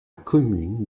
commune